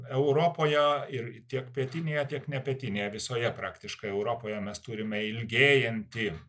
europoje ir tiek pietinėje tiek nepietinėje visoje praktiškai europoje mes turime ilgėjantį